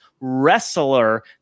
wrestler